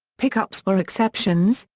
pick-ups were exceptions,